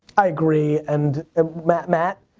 i agree and matt, matt?